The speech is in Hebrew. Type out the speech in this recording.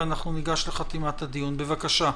ואנחנו ניגש לחתימת הדיון בבקשה.